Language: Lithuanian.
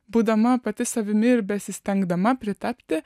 būdama pati savimi ir besistengdama pritapti